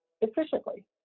efficiently